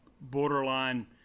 borderline